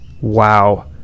wow